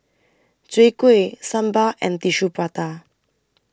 Chwee Kueh Sambal and Tissue Prata